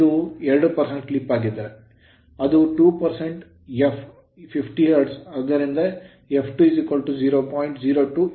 ಇದು 2 ಸ್ಲಿಪ್ ಆಗಿದ್ದರೆ ಅದು 2 f 50 ಹರ್ಟ್ಜ್ ಆದ್ದರಿಂದ f2 0